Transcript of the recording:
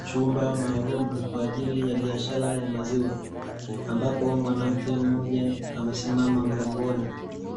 Chumba maalumu kwa ajili ya biashara ya maziwa, ambapo mwanamke mmoja amesimama mlangoni,